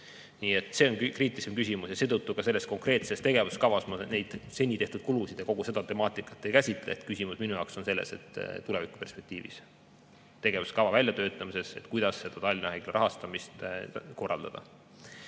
Nii et see on kriitilisem küsimus. Seetõttu selles konkreetses tegevuskavas ma neid seni tehtud kulusid ja kogu seda temaatikat ei käsitle. Küsimus minu jaoks on tuleviku perspektiivis, tegevuskava väljatöötamises, kuidas Tallinna Haigla rahastamist korraldada. Ja